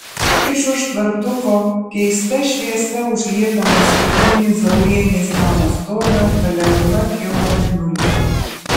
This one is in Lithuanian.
iš už tvartuko keista šviesa užliedamas skardinį zaurienės namo stogą palengva kilo mėnulis